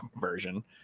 version